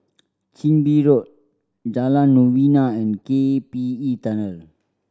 Chin Bee Road Jalan Novena and K P E Tunnel